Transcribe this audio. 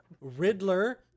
Riddler